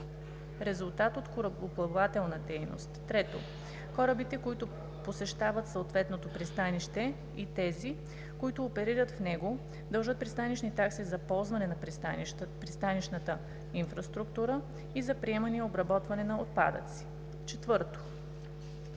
резултат от корабоплавателна дейност; 3. корабите, които посещават съответното пристанище и тези, които оперират в него, дължат пристанищни такси за ползване на пристанищната инфраструктура и за приемане и обработване на отпадъци; 4.